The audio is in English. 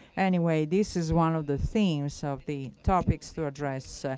anyway, this is one of the themes of the topics to address.